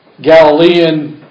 Galilean